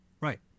right